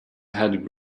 had